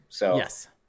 Yes